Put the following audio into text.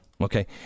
okay